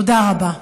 תודה רבה.